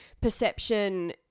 perception